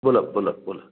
बोला बोला बोला